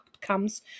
comes